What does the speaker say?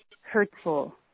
hurtful